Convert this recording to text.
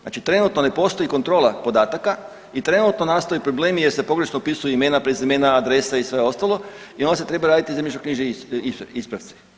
Znači trenutno ne postoji kontrola podataka i trenutno nastaju problemi jer se pogrešno upisuju imena, prezimena, adrese i sve ostalo i onda se treba raditi zemljišno knjižni ispravci.